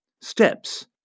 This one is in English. Steps